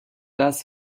das